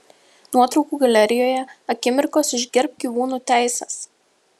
nuotraukų galerijoje akimirkos iš gerbk gyvūnų teises